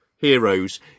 Heroes